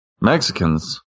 Mexicans